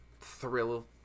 thrill